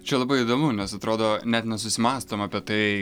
čia labai įdomu nes atrodo net nesusimąstom apie tai